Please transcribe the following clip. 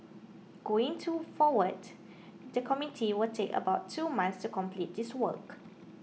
going to forward the committee will take about two months to complete this work